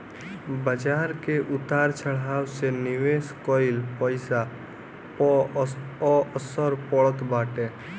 बाजार के उतार चढ़ाव से निवेश कईल पईसा पअ असर पड़त बाटे